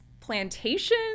plantation